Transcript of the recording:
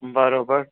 बराबरि